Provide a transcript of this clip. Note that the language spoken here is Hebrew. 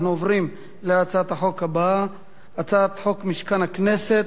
ההצעה להעביר את הצעת חוק הסדרת העיסוק בייעוץ השקעות,